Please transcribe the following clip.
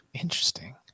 Interesting